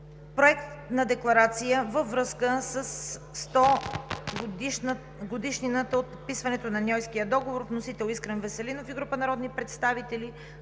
Проект на декларация във връзка със 100-годишнината от подписването на Ньойския договор. Внесен е от Искрен Веселинов и група народни представители.